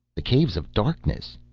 the caves of darkness!